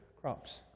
crops